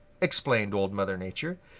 explained old mother nature.